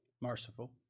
Merciful